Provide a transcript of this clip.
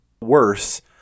worse